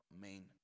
main